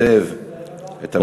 הכרת היטב את המגזר.